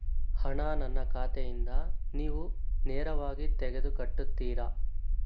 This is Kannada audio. ಹಣ ನನ್ನ ಖಾತೆಯಿಂದ ನೀವು ನೇರವಾಗಿ ತೆಗೆದು ಕಟ್ಟುತ್ತೀರ?